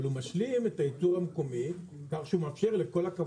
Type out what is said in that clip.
אבל הוא משלים את הייצור המקומי כך שהוא מאפשר לכל הכוורות לפעול.